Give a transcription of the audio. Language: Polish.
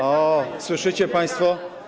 O, słyszycie państwo.